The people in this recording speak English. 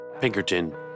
Pinkerton